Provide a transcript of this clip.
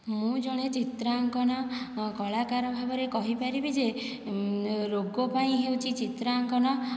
ମୁଁ ଜଣେ ଚିତ୍ରାଙ୍କନ କଳାକାର ଭାବରେ କହିପାରିବି ଯେ ରୋଗ ପାଇଁ ହେଉଛି ଚିତ୍ରାଙ୍କନ